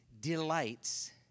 delights